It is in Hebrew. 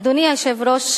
אדוני היושב-ראש,